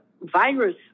virus